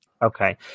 Okay